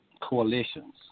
coalitions